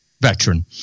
veteran